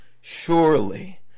surely